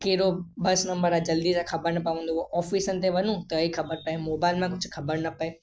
कहिड़ो bus number आहे जल्दी सां ख़बर न पवंदो हुओ ऑफिसनि ते वञूं त ई ख़बर पए मोबाइल में कुझु ख़बर न पए